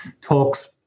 talks